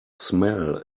smell